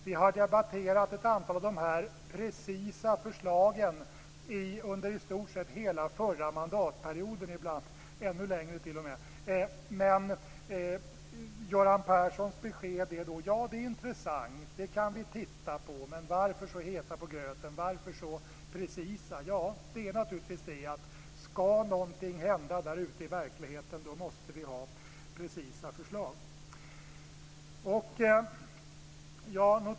Vi har debatterat ett antal av de här precisa förslagen under i stort sett hela förra mandatperioden, t.o.m. ännu längre, men Göran Perssons besked är att det är intressant, att "det kan vi titta på", men "varför så heta på gröten och varför så precisa". Ja, skall någonting hända där ute i verkligheten måste vi ha precisa förslag.